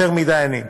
יותר מדי עניים.